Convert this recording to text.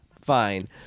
fine